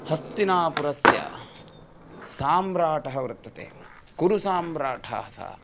हस्तिनापुरस्य सम्राट् वर्तते कुरुसम्राट् सः